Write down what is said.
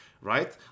right